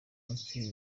munsi